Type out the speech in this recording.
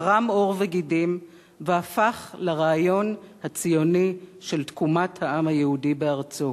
קרם עור וגידים והפך לרעיון הציוני של תקומת העם היהודי בארצו,